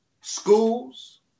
schools